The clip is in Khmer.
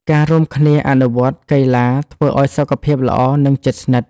ការរួមគ្នាអនុវត្តកីឡាធ្វើឱ្យសុខភាពល្អនិងជិតស្និទ្ធ។